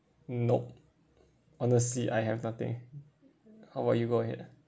nope honestly I have nothing how about you go ahead